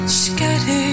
scattered